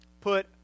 put